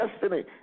destiny